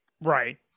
Right